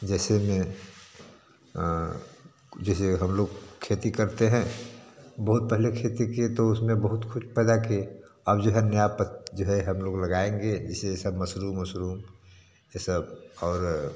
जैसे में जैसे हम लोग खेती करते हैं बहुत पहले खेती किए तो उसमें बहुत कुछ पैदा किए अब जो है नया जो है हम लोग लगाएँगे जैसे जैसे मसरूम उसरूम ये सब और